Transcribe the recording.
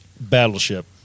Battleship